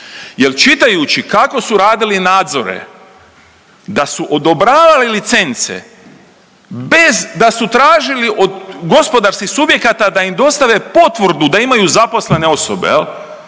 Jer čitajući kako su radili nadzore da su odobravali licence bez da su tražili od gospodarskih subjekata da im dostave potvrdu da imaju zaposlene osobe.